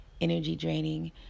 energy-draining